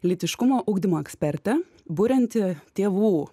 lytiškumo ugdymo ekspertė burianti tėvų